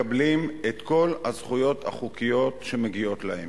מקבלים את כל הזכויות החוקיות שמגיעות להם.